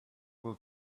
will